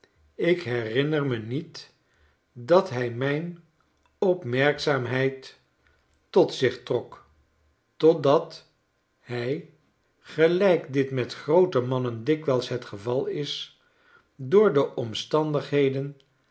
ik herinner me niet dat hy mjn opmerkzaamheid tot zich trok totdat hij gelijk dit met groote mannen dikwijls het geval is door de omstandigheden